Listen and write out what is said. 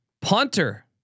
Punter